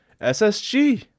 ssg